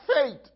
faith